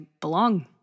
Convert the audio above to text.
belong